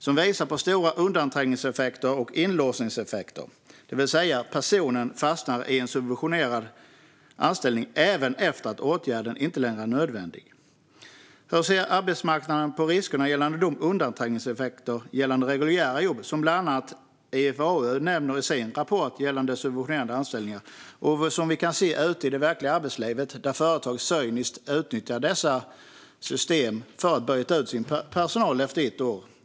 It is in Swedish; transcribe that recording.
Den visar på stora undanträngningseffekter och inlåsningseffekter, det vill säga att personen fastnar i en subventionerad anställning även efter att åtgärden inte längre är nödvändig. Hur ser arbetsmarknadsministern på riskerna gällande de undanträngningseffekter för reguljära jobb som bland annat IFAU nämner i sin rapport om subventionerade anställningar? Vi kan ute i det verkliga arbetslivet se att företag cyniskt utnyttjar dessa system för att byta ut sin personal efter ett år.